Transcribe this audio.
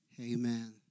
Amen